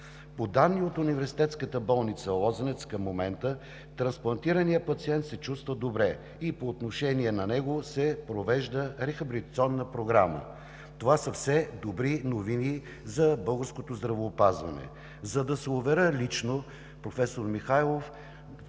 По данни от Университетска болница „Лозенец“ към момента трансплантираният пациент се чувства добре и по отношение на него се провежда рехабилитационна програма. Това са все добри новини за българското здравеопазване. За да се уверя лично, професор Михайлов,